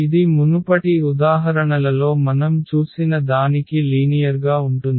ఇది మునుపటి ఉదాహరణలలో మనం చూసిన దానికి లీనియర్గా ఉంటుంది